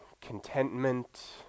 contentment